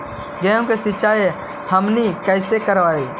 गेहूं के सिंचाई हमनि कैसे कारियय?